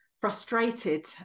frustrated